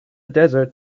desert